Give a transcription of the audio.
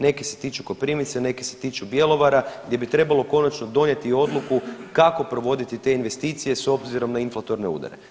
Neki se tiču Koprivnice, neki se tiču Bjelovara gdje bi trebalo konačno donijeti odluku kako provoditi te investicije s obzirom na inflatorne udare.